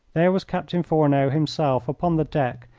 there was captain fourneau himself upon the deck,